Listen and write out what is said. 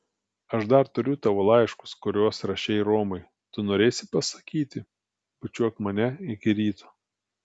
aš dar turiu tavo laiškus kuriuos rašei romui tu norėsi pasakyti bučiuok mane iki ryto